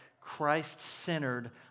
Christ-centered